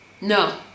No